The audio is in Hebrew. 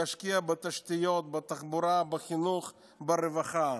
להשקיע בתשתיות, בתחבורה, בחינוך, ברווחה.